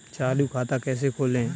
चालू खाता कैसे खोलें?